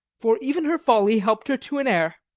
for even her folly help'd her to an heir.